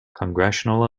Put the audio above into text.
congressional